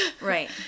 Right